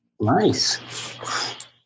nice